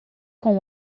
com